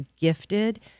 gifted